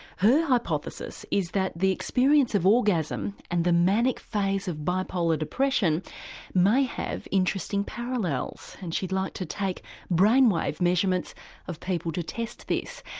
her hypothesis is that the experience of orgasm and the manic phase of bipolar depression may have interesting parallels, and she'd like to take brain wave measurements of people to test this.